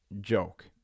joke